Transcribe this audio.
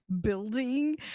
building